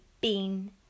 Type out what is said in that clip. bean